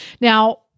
Now